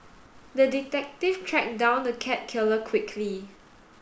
the detective tracked down the cat killer quickly